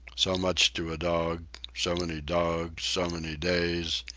so much to a dog, so many dogs, so many days,